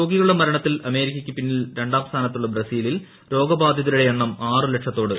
രോഗികളുടെ എണ്ണത്തിൽ അമേരിക്കയ്ക്ക് പിന്നിൽ രണ്ടാം സ്ഥാനത്തുള്ള ബ്രസീലിൽ രോഗബാധിതരുടെ എണ്ണം ആറ് ലക്ഷത്തോടടുക്കുന്നു